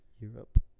Europe